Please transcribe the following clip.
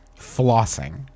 Flossing